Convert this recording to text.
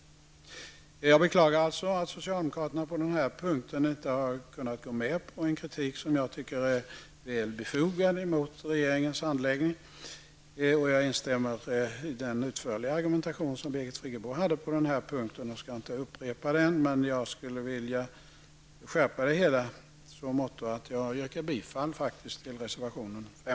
Jag beklagar således att socialdemokraterna på den här punkten inte har kunnat gå med på en kritik mot regeringens handläggning som jag tycker är väl befogad. Jag instämmer i den utförliga argumentation som Birgit Friggebo hade på den här punkten. Jag skall inte upprepa den, men jag skulle vilja skärpa det hela i så måtto att jag yrkar bifall till reservation nr 5.